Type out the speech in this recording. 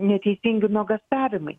neteisingi nuogąstavimai